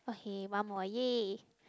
okay one more !yay!